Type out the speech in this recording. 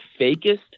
fakest